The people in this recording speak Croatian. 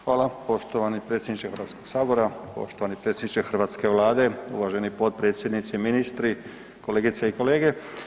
Hvala poštovani predsjedniče Hrvatskog sabora, poštovani predsjedniče hrvatske Vlade, uvaženi potpredsjednici, ministri, kolegice i kolege.